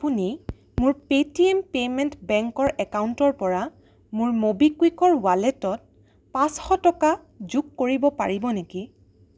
আপুনি মোৰ Paytm payment বেংকৰ একাউণ্টৰ পৰা মোৰ ম'বিকুইকৰ ৱালেটত পাঁচশ টকা যোগ কৰিব পাৰিব নেকি